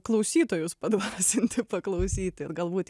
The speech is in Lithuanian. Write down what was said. klausytojus padrąsinti paklausyti ir galbūt